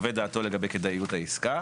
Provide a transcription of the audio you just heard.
שיחווה דעתו לגבי כדאיות העסקה.